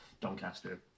doncaster